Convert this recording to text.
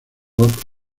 rock